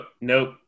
Nope